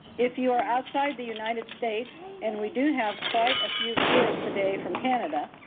if you are outside the united states, and we do have quite a few viewers today from canada,